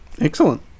Excellent